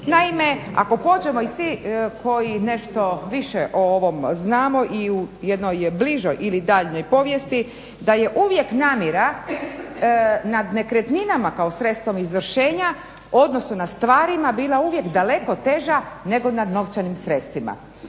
Naime, ako pođemo i svi koji nešto više o ovom znamo i u jednoj je bližoj ili daljnjoj povijesti da je uvijek namjera nad nekretninama kao sredstvom izvršenja u odnosu na stvarima bila uvijek daleko teža nego nad novčanim sredstvima.